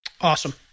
Awesome